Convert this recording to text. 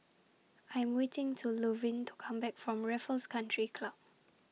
I'm waiting to Luverne to Come Back from Raffles Country Club